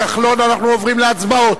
מיליון כדי שיהיה שילוב בין שתי התוכניות.